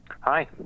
Hi